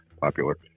popular